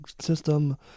system